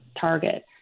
target